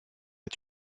est